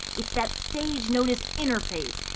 it's that stage known as interphase.